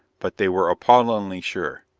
but they were appallingly sure.